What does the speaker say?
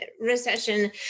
recession